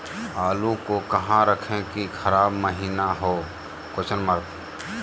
आलू को कहां रखे की खराब महिना हो?